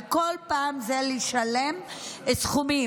וכל פעם זה לשלם סכומים.